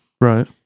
right